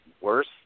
worse